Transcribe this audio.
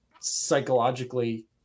psychologically